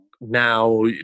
now